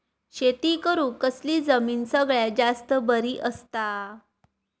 शेती करुक कसली जमीन सगळ्यात जास्त बरी असता?